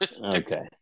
Okay